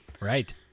Right